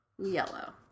yellow